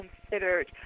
considered